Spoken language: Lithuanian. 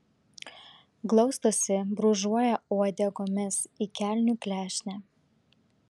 glaustosi brūžuoja uodegomis į kelnių klešnę